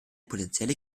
potenzielle